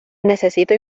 necesito